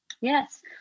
Yes